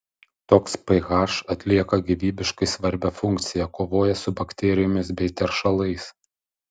toks ph atlieka gyvybiškai svarbią funkciją kovoja su bakterijomis bei teršalais